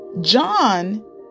John